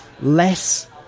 less